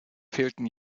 fehlten